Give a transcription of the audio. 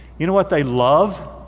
you know what they love?